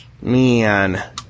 Man